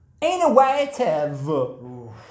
Innovative